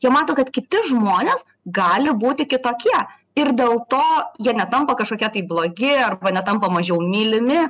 jie mato kad kiti žmonės gali būti kitokie ir dėl to jie netampa kažkokie tai blogi arba netampa mažiau mylimi